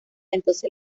entonces